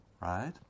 Right